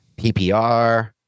PPR